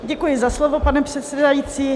Děkuji za slovo, pane předsedající.